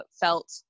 felt